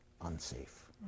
unsafe